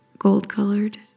gold-colored